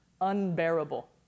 unbearable